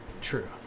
True